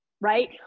right